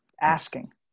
Asking